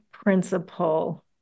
principle